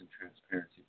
transparency